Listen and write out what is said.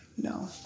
no